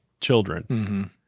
children